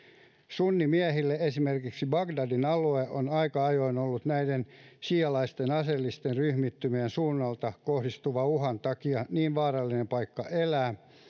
sunnimiehille esimerkiksi bagdadin alue on aika ajoin ollut näiden siialaisten aseellisten ryhmittymien suunnalta kohdistuvan uhan takia niin vaarallinen paikka elää